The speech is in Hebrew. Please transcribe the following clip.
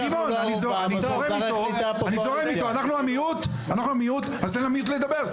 בואו חברים, תתנו רק לדיון להתקיים כמו שצריך.